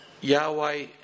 Yahweh